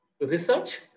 research